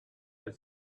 had